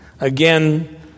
again